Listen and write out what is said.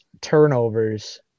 turnovers